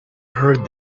heard